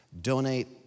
donate